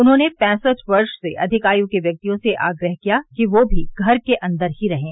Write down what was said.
उन्होंने पैंसठ वर्ष से अधिक आयु के व्यक्तियों से आग्रह किया कि वे भी घर के अंदर ही रहें